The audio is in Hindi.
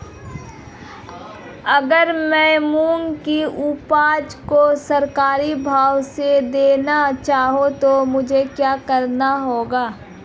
अगर मैं मूंग की उपज को सरकारी भाव से देना चाहूँ तो मुझे क्या करना होगा?